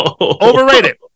Overrated